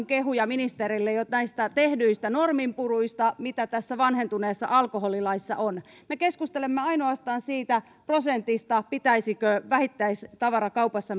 kehuja ministerille jo näistä tehdyistä norminpuruista mitä tässä vanhentuneessa alkoholilaissa on me keskustelemme ainoastaan siitä prosentista pitäisikö vähittäistavarakaupassa